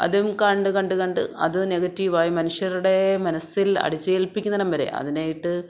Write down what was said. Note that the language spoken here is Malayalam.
അതും കണ്ട് കണ്ട് കണ്ട് അത് നെഗറ്റീവ് ആയി മനുഷ്യരുടെ മനസ്സിൽ അടിച്ചേൽപ്പിക്കുന്നിടം വരെ അതിനെ ഇട്ട്